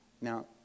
Now